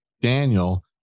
Daniel